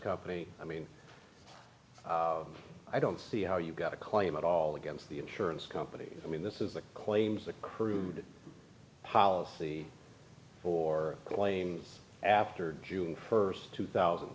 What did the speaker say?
company i mean i don't see how you got a claim at all against the insurance company i mean this is the claims the crude policy or claim after june st two thousand